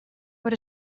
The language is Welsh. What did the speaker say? bod